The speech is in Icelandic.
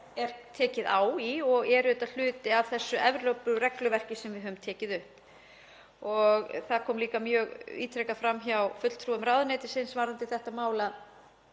er tekið á og eru auðvitað hluti af þessu Evrópuregluverki sem við höfum tekið upp. Það kom líka ítrekað fram hjá fulltrúum ráðuneytisins varðandi þetta mál